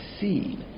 see